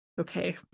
Okay